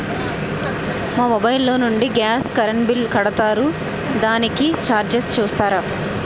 మా మొబైల్ లో నుండి గాస్, కరెన్ బిల్ కడతారు దానికి చార్జెస్ చూస్తారా?